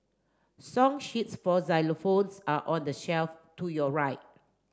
song sheets for xylophones are on the shelf to your right